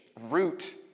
root